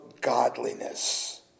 godliness